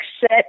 set